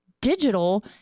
digital